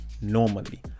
normally